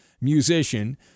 musician